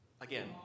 Again